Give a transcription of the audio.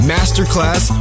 Masterclass